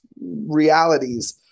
realities